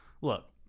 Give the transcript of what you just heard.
look